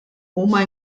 huma